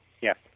Yes